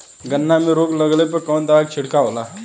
गन्ना में रोग लगले पर कवन दवा के छिड़काव होला?